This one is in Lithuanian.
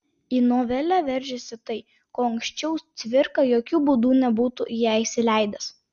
į novelę veržiasi tai ko anksčiau cvirka jokiu būdu nebūtų į ją įsileidęs